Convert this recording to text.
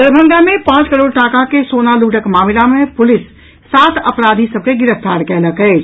दरभंगा मे पांच करोड़ टाका के सोना लूटक मामिला मे पुलिस सात अपराधी सभ के गिरफ्तार कयलक अछि